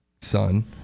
son